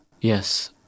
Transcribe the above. Yes